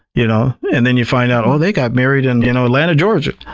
you know and then you find out, oh they got married in you know atlanta, georgia.